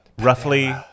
Roughly